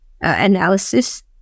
analysis